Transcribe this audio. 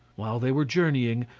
while they were journeying,